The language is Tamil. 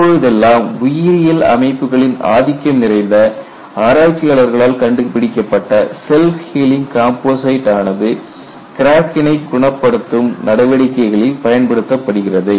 இப்பொழுதெல்லாம் உயிரியல் அமைப்புகளின் ஆதிக்கம் நிறைந்த ஆராய்ச்சியாளர்களால் கண்டுபிடிக்கப்பட்ட செல்ப் ஹீலிங் காம்போசைட் ஆனது கிராக்கினை குணப்படுத்தும் நடவடிக்கைகளில் பயன்படுத்தப்படுகிறது